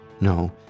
No